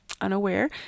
unaware